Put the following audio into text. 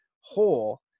whole